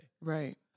Right